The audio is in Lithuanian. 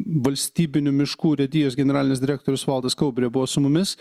valstybinių miškų urėdijos generalinis direktorius valdas kaubrė buvo su mumis